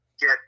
get